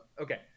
Okay